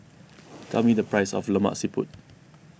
tell me the price of Lemak Siput